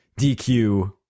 DQ